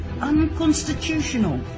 unconstitutional